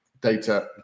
data